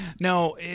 No